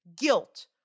guilt